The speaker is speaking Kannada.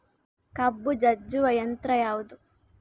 ಕಬ್ಬು ಜಜ್ಜುವ ಯಂತ್ರ ಯಾವುದು?